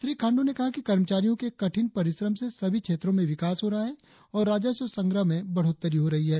श्री खांड्र ने कहा कि कर्मचारियों के कठिन परिश्रम से सभी क्षेत्रों में विकास हो रहा है और राजस्व संग्रह में बढ़ोत्तरी हो रही है